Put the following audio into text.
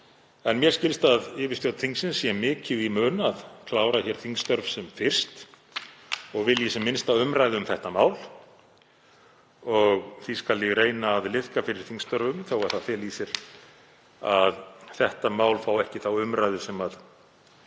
en mér skilst að yfirstjórn þingsins sé mikið í mun að klára þingstörf sem fyrst og vilji sem minnsta umræðu um þetta mál. Því skal ég reyna að liðka fyrir þingstörfum þó að það feli í sér að þetta mál fái ekki þá umræðu sem